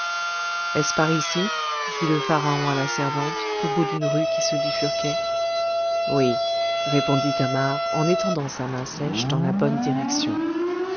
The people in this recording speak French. est-ce par ici dit pharaon à la servante au bout d'une rue qui se bifurquait oui répondit thamar en étendant sa main sèche dans la bonne direction